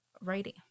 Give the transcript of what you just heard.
writing